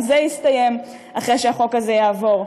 גם זה יסתיים, אחרי שהחוק הזה יעבור,